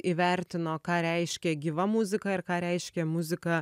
įvertino ką reiškia gyva muzika ir ką reiškia muzika